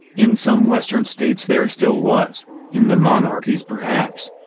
in some western states there still was in the monarchies perhaps.